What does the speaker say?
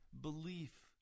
belief